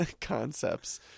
concepts